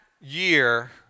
year